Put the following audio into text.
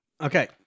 Okay